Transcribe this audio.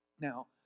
Now